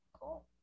Cool